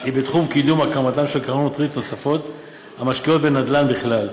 היא בתחום קידום הקמתן של קרנות ריט נוספות המשקיעות בנדל"ן בכלל,